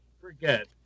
forget